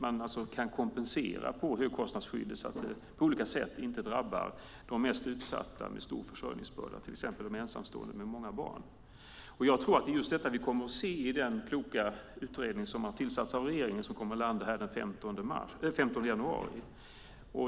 Man kompenserar högkostnadsskyddet så att det inte drabbar de mest utsatta med stor försörjningsbörda, till exempel ensamstående med många barn. Jag tror att det är just detta vi kommer att se i den kloka utredning som har tillsatts av regeringen och som kommer att landa här den 15 januari.